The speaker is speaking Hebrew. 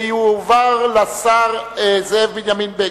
והנושא יועבר לשר זאב בנימין בגין.